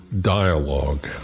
dialogue